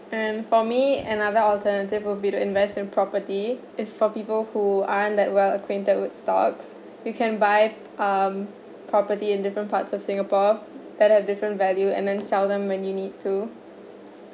and for me another alternative would be the invest in property is for people who aren't that well acquainted with stocks you can buy um property in different parts of singapore that have different value and then sell them when you need to